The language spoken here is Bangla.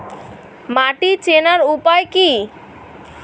মাটি চেনার উপায় কি?